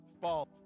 ball